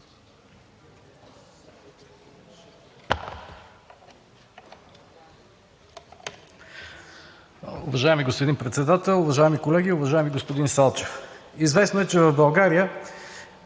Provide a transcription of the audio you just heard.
Уважаеми господин Председател, уважаеми колеги! Уважаеми господин Салчев, известно е, че в България